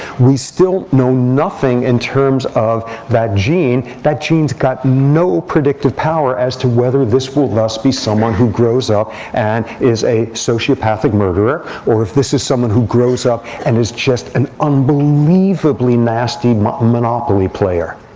we still know nothing in terms of that gene. that gene has got no predictive power as to whether this will thus be someone who grows up and is a sociopathic murderer. or if this is someone who grows up and is just an unbelievably nasty but monopoly player.